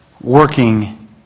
working